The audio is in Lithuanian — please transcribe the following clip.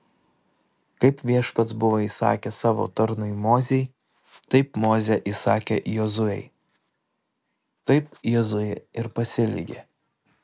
kaip viešpats buvo įsakęs savo tarnui mozei taip mozė įsakė jozuei taip jozuė ir pasielgė